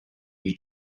new